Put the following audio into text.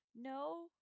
No